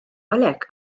għalhekk